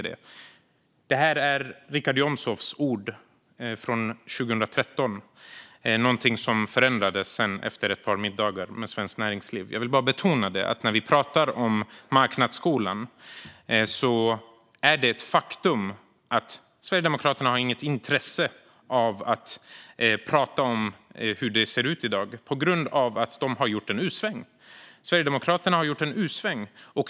Det här är Richard Jomshofs ord från 2013. Det är något som har förändrats efter ett par middagar med Svenskt Näringsliv. Jag vill betona att när vi pratar om marknadsskolan är det ett faktum att Sverigedemokraterna inte har något intresse av att prata om hur det ser ut i dag, på grund av att de har gjort en U-sväng. Sverigedemokraterna har gjort en U-sväng.